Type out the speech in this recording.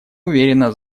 уверена